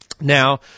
Now